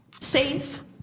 safe